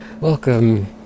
welcome